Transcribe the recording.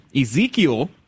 Ezekiel